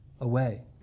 away